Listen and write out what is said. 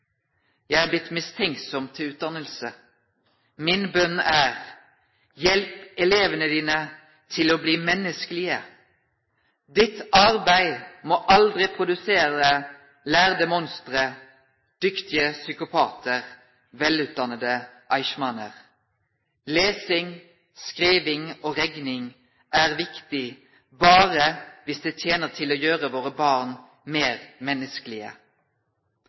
Jeg er blitt skeptisk til utdannelse. Min bønn er: Hjelp elevene dine til å bli menneskelige. Ditt arbeid må aldri produsere lærde monstre, dyktige psykopater, velutdannete eichmanner. Lesing, skriving og regning er viktig bare hvis det tjener til å gjøre våre barn mer menneskelige.»